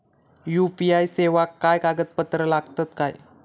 UPI सेवाक काय कागदपत्र लागतत काय?